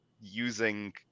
using